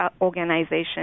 Organization